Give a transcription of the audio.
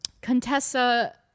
Contessa